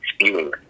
spewing